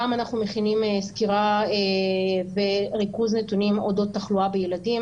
גם אנחנו מכינים סקירה וריכוז נתונים אודות תחלואה בילדים,